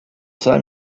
saw